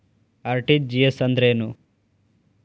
RTGS ಅಂದ್ರೇನು?